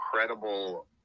incredible